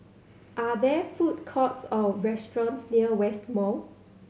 are there food courts or restaurants near West Mall